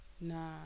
Nah